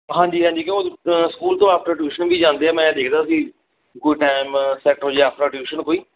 ਹਾਂਜੀ ਹਾਂਜੀ ਕਿਉਂ ਉਹ ਸਕੂਲ ਤੋਂ ਆਫਟਰ ਟਿਊਸ਼ਨ ਵੀ ਜਾਂਦੇ ਆ ਮੈਂ ਦੇਖਦਾ ਸੀ ਵੀ ਕੋਈ ਟਾਈਮ ਸੈੱਟ ਹੋ ਜਾਵੇ ਆਫਟਰ ਟਿਊਸ਼ਨ ਕੋਈ